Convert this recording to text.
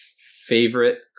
Favorite